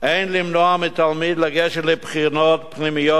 אין למנוע מתלמיד לגשת לבחינות פנימיות